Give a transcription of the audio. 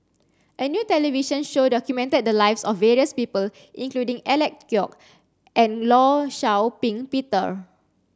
a new television show documented the lives of various people including Alec Kuok and Law Shau Ping Peter